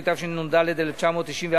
התשנ"ד 1994,